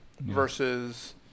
versus